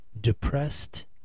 depressed